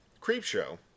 Creepshow